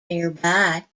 nearby